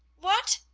what?